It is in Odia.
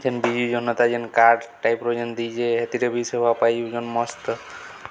ଯେନ୍ ବିଜୁ ଜନତା ଯେନ୍ କାର୍ଡ଼ ଟାଇପର ଯେନ୍ ଦିଜେ ହେଥିରେ ବି ସେବା ପାଇ ଯେନ୍ ମସ୍ତ